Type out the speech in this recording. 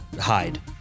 hide